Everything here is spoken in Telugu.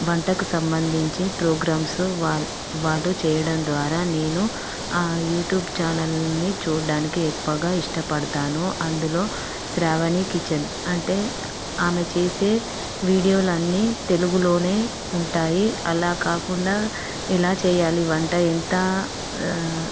వంటకు సంబంధించి ప్రోగ్రామ్స్ వా వాడు చేయడం ద్వారా నేను ఆ యూట్యూబ్ ఛానల్ని చూడ్డానికి ఎక్కువగా ఇష్టపడతాను అందులో శ్రావణి కిచెన్ అంటే ఆమె చేసే వీడియోలు అన్ని తెలుగులోనే ఉంటాయి అలా కాకుండా ఎలా చేయాలి వంట ఎంత